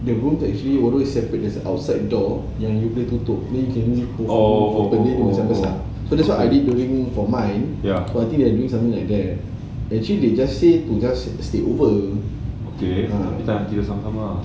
the rooms actually always separate there's outside door yang you boleh tutup then you can remove the bilik macam besar so that's what I did during combined but I think they are doing something like that actually they just said to just sleepover